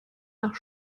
nach